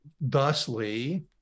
Thusly